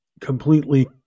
completely